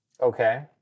Okay